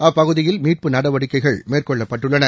அப்பகுதியில் மீட்பு நடவடிக்கைகள் மேற்கொள்ளப்பட்டுள்ளன